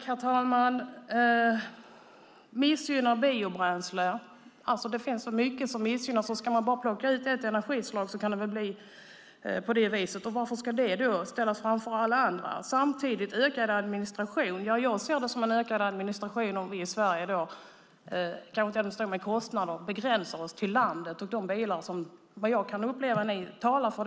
Herr talman! När det gäller att biobränslen missgynnas: Det finns så mycket som missgynnas. Ska man plocka ut bara ett energislag kan det väl bli på det viset. Varför ska det då ställas framför alla andra? Ökad administration: Jag ser det som en ökad administration om vi i Sverige kanske står med kostnader om vi begränsar oss till landet och till de bilar som ni, kan jag uppleva, talar för.